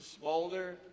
smolder